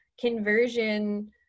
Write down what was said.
Conversion